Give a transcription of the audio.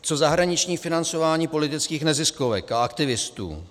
Co zahraniční financování politických neziskovek a aktivistů?